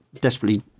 desperately